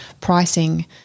pricing